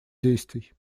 действий